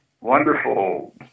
wonderful